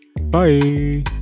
bye